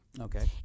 Okay